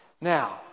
Now